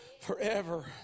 forever